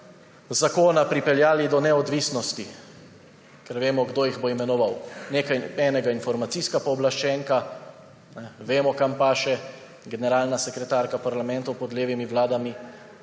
zakona pripeljali do neodvisnosti, ker vemo, kdo jih bo imenoval – enega informacijska pooblaščenka, vemo, kam paše generalna sekretarka parlamenta pod levimi vladami,